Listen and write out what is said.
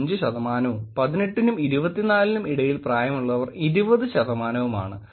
5 ശതമാനവും 18 നും 24 നും ഇടയിൽ പ്രായമുള്ളവർ 20 ശതമാനവും ആണ്